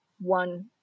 one